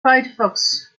firefox